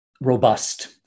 robust